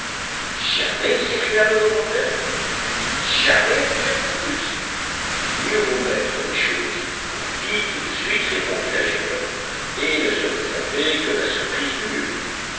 jamais s'écria le reporter vous dites jamais mon cher cyrus mieux vaut mettre les choses au pis tout de suite répondit l'ingénieur et ne se réserver que la surprise du mieux